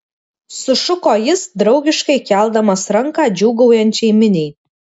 sušuko jis draugiškai keldamas ranką džiūgaujančiai miniai